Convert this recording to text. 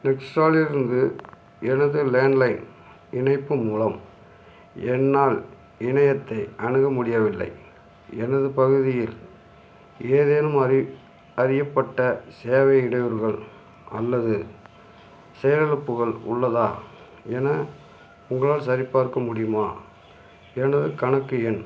Nextra இலிருந்து எனது landline இணைப்பு மூலம் என்னால் இணையத்தை அணுக முடியவில்லை எனது பகுதியில் ஏதேனும் அறி அறியப்பட்ட சேவை இடையூறுகள் அல்லது செயலிலப்புகள் உள்ளதா என உங்களால் சரிபார்க்க முடியுமா எனது கணக்கு எண்